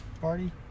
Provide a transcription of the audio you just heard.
party